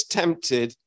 tempted